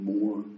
more